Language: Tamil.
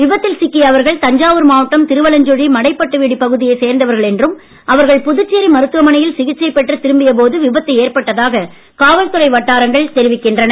விபத்தில் சிக்கிய அவர்கள் தஞ்சாவூர் மாவட்டம் திருவலஞ்சுழி மடைபட்டு வீடு பகுதியைச் சார்ந்தவர்கள் என்றும் அவர்கள் புதுச்சேரி மருத்துவமனையில் சிகிச்சை பெற்று திரும்பிய போது விபத்து ஏற்பட்டதாக காவல்துறை வட்டாரங்கள் தெரிவிக்கின்றன